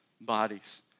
bodies